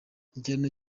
igihano